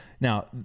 Now